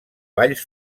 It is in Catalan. balls